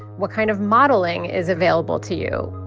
what kind of modelling is available to you?